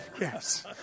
Yes